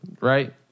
right